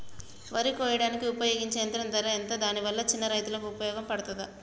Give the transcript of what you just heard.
వరి కొయ్యడానికి ఉపయోగించే యంత్రం ధర ఎంత దాని వల్ల చిన్న రైతులకు ఉపయోగపడుతదా?